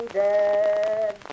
dead